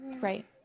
Right